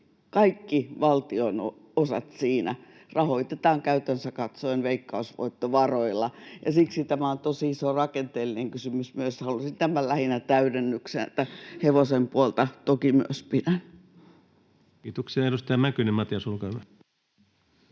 kaikki valtion osat siinä, rahoitetaan veikkausvoittovaroilla. Ja siksi tämä on tosi iso rakenteellinen kysymys myös. Halusin tämän lähinnä täydennyksenä — hevosen puolta toki myös pidän. Kiitoksia. — Edustaja Mäkynen Matias, olkaa